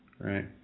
Right